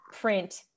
print